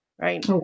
right